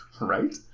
Right